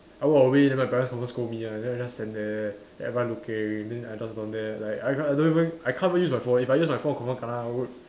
I walk away then my parents confirm scold me one then I just stand there then everyone looking then I just down there like I don't even I can't even use my phone if I use my phone confirm kena w~